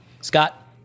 Scott